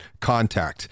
contact